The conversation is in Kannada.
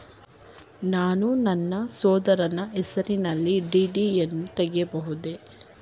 ನಾನು ನನ್ನ ಸಹೋದರನ ಹೆಸರಿನಲ್ಲಿ ಡಿ.ಡಿ ಯನ್ನು ತೆಗೆಯಬಹುದೇ?